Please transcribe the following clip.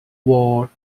wore